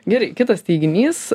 gerai kitas teiginys